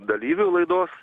dalyvių laidos